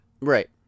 Right